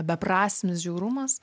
beprasmis žiaurumas